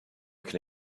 can